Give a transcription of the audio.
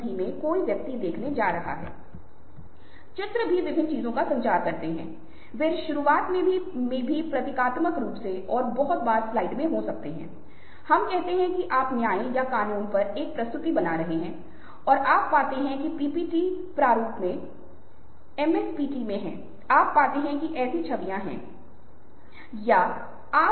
समय की संवेदनशीलता राजनीति समय की संवेदनशीलता कुछ निश्चित समय सीमाएं और उसके भीतर बहुत सारी अफवाहेंअफवाहें फैलाना या कल्पना करना कि शेयरों की कीमत शेयर खरीदने और बेचने के आधार पर ऊपर और नीचे जा रही है और क्या हो रहा है